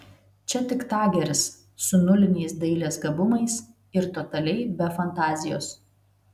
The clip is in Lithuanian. čia tik tageris su nuliniais dailės gabumais ir totaliai be fantazijos